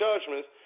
judgments